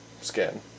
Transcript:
skin